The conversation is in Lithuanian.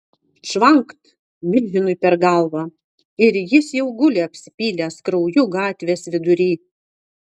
čvankt milžinui per galvą ir jis jau guli apsipylęs krauju gatvės vidury